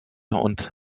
und